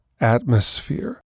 atmosphere